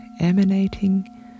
emanating